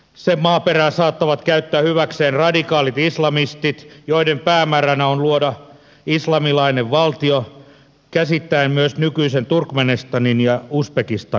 sen maaperää saattavat käyttää hyväkseen radikaalit islamistit joiden päämääränä on luoda islamilainen valtio käsittäen myös nykyisen turkmenistanin ja uzbekistanin